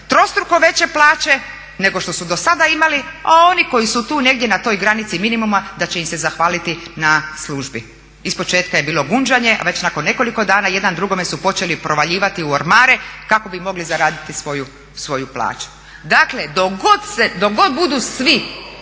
trostruko veće plaće nego što su dosada imali, a oni koji su tu negdje na toj granici minimuma da će im se zahvaliti na službi. Ispočetka je bilo gunđanje, a već nakon nekoliko dana jedan drugome su počeli provaljivati u ormare kako bi mogli zaraditi svoju plaću. Dakle dok god budu svi